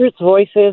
voices